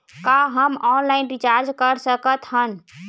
का हम online recharge कर सकत हन?